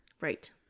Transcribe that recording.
right